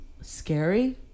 scary